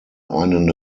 einen